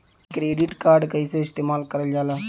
Credit card कईसे इस्तेमाल करल जाला?